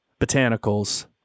botanicals